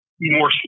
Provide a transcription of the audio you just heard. more